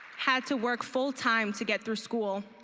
had to work full-time to get through school.